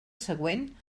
següent